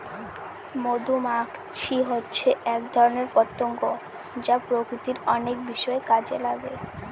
মধুমাছি হচ্ছে এক ধরনের পতঙ্গ যা প্রকৃতির অনেক বিষয়ে কাজে লাগে